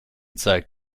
zeigt